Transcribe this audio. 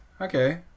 Okay